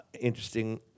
Interesting